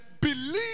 believe